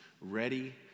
ready